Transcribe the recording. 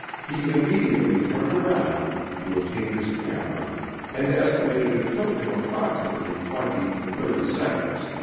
he immediately turned around to obtain his camera and estimated it took him approximately twenty to thirty seconds,